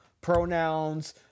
pronouns